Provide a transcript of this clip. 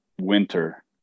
winter